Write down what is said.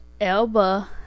Elba